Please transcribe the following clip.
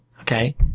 Okay